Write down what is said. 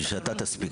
שאתה תספיק